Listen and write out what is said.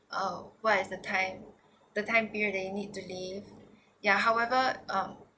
of what is the time the time period that you need to leave ya however um